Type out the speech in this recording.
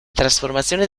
trasformazione